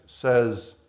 says